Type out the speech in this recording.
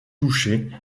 touché